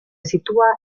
sitúa